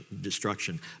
Destruction